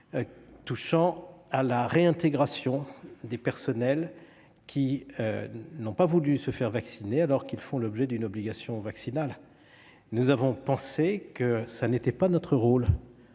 touchant à la réintégration des personnels n'ayant pas voulu se faire vacciner alors qu'ils font l'objet d'une obligation en la matière. Nous avons estimé que ce n'était pas notre rôle